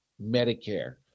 Medicare